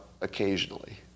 occasionally